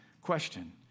question